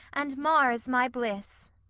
and mars my bliss.